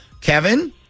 Kevin